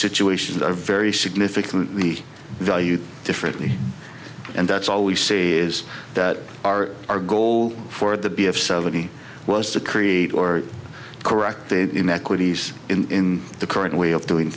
situations are very significant the value differently and that's all we see is that our our goal for the b of seventy was to create or corrected inequities in the current way of doing